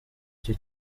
icyo